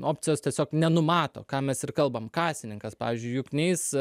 opcijos tiesiog nenumato ką mes ir kalbam kasininkas pavyzdžiui juk neis